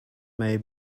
may